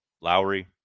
Lowry